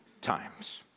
times